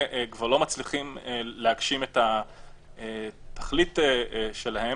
כבר לא מצליחים להגשים את התכלית שלהם,